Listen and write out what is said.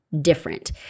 different